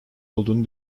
olduğunu